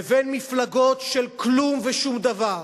לבין מפלגות של כלום ושום דבר,